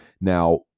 Now